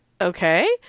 okay